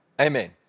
Amen